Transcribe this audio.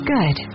Good